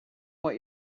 what